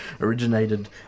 originated